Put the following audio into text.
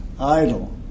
Idle